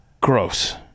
Gross